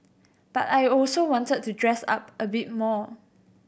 but I also wanted to dress up a bit more